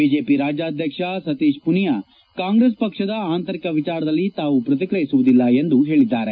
BJP ರಾಜ್ಯಾಧ್ವಕ್ಷ ಸತೀಶ್ ಮನಿಯಾ ಕಾಂಗ್ರೆಸ್ ಪಕ್ಷದ ಆಂತರಿಕ ವಿಚಾರದಲ್ಲಿ ತಾವು ಪ್ರತಿಕ್ರಿಯಿಸುವುದಿಲ್ಲ ಎಂದು ಹೇಳಿದ್ದಾರೆ